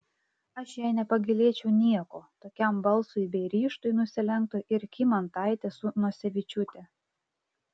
aš jai nepagailėčiau nieko tokiam balsui bei ryžtui nusilenktų ir kymantaitė su nosevičiūte